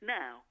now